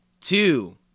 two